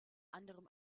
anderem